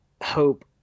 hope